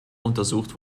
untersucht